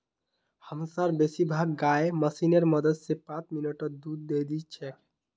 हमसार बेसी भाग गाय मशीनेर मदद स पांच मिनटत दूध दे दी छेक